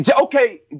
Okay